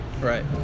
Right